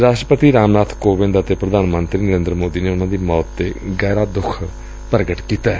ਰਾਸਟਰਪਤੀ ਰਾਮਨਾਥ ਕੋਵਿੰਦ ਅਤੇ ਪ੍ਧਾਨ ਮੰਤਰੀ ਨਰੇਂਦਰ ਮੋਦੀ ਨੇ ਉਨੁਾਂ ਦੀ ਮੌਤ ਤੇ ਗਹਿਰਾ ਦੁੱਖ ਪ੍ਗਟ ਕੀਤੈ